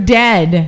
dead